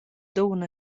dunna